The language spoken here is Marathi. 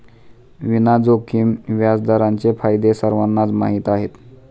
विना जोखीम व्याजदरांचे फायदे सर्वांनाच माहीत आहेत